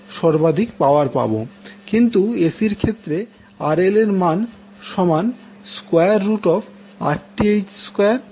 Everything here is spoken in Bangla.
কিন্তু এসি এর ক্ষেত্রে RL এর মান সমান Rth2 Xth2 এর অর্থ কি